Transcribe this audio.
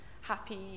happy